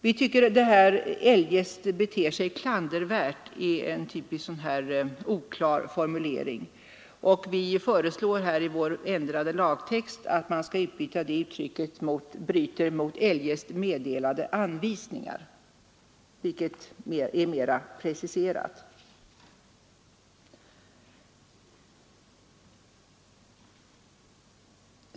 Vi tycker att formuleringen ”beter han sig eljest klandervärt” är oklar, och vi föreslår i vår ändrade lagtext att den skall utbytas mot ”Bryter intagen ——— eller meddelade anvisningar”, vilket medför erforderlig precisering.